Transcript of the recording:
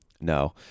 No